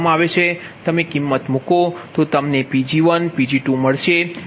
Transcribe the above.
તમે કિમત મુકો તો તમને Pg1 Pg2 મળશે